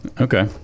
Okay